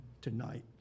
tonight